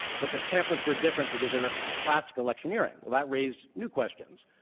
but that pamphlets were different because they were classic electioneering. well, that raised new questions.